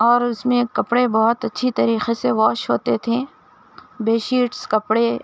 اور اُس میں کپڑے بہت اچّھی طریقے سے واش ہوتے تھیں بیڈ شیٹس کپڑے